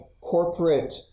corporate